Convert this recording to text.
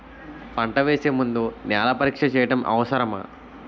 పంట వేసే ముందు నేల పరీక్ష చేయటం అవసరమా?